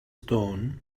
stone